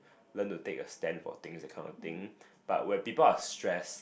learn to take a stand for things that kind of thing but when people are stress